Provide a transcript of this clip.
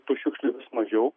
tų šiukšlių mažiau